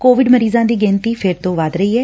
Covid ਮਰੀਜਾਾ ਦੀ ਗਿਣਤੀ ਫਿਰ ਤੋ ਵੱਧ ਰਹੀ ਐ